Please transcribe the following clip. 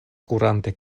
kurante